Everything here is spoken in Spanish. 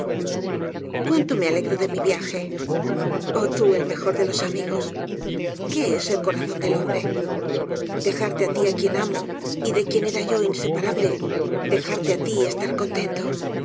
uuákto me alegro de mi viaje oh tú el mejor de los amigos qué es el corazón del hombre dejarte á ti á quién amo y de quien era yo inseparable dejarte á ti y estar contento